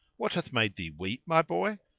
what hath made thee weep, my boy?